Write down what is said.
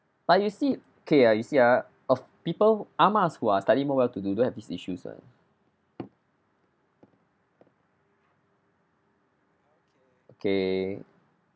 but you see okay ah you see ah of people amahs who are slightly more well to do don't have these issues [one] okay